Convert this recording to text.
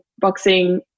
boxing